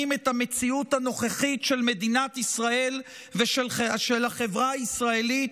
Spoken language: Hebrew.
את המציאות הנוכחית של מדינת ישראל ושל החברה הישראלית,